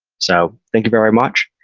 so thank you very much.